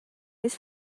his